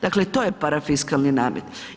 Dakle, to je parafiskalni namet.